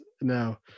no